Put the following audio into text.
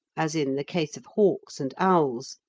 as in the case of hawks and owls,